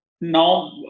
now